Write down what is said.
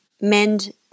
mend